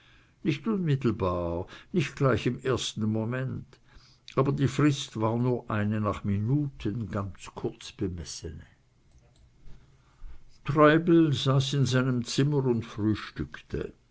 nicht unmittelbar nicht gleich im ersten moment aber die frist war nur eine nach minuten ganz kurz bemessene treibel saß in seinem zimmer und frühstückte